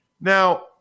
Now